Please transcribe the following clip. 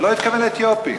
הוא לא התכוון לאתיופים.